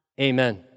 Amen